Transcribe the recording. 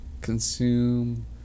Consume